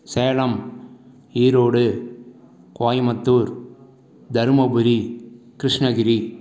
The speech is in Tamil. சேலம் ஈரோடு கோயமுத்தூர் தருமபுரி கிருஷ்ணகிரி